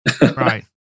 Right